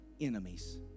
enemies